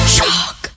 Shock